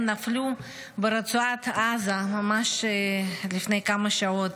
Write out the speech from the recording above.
נפלו ברצועת עזה ממש לפני כמה שעות,